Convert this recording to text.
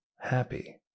happy